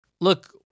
look